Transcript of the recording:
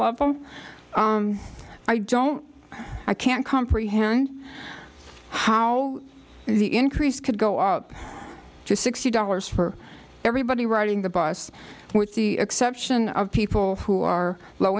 level i don't i can't comprehend how the increase could go up to sixty dollars for everybody riding the bus with the exception of people who are low